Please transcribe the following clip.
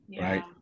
right